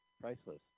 Priceless